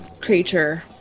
creature